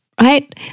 right